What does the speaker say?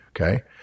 okay